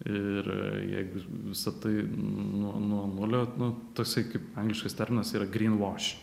ir jeigu visa tai nuo nuo nulio nu tasai kaip angliškas tarnas yra gryn voš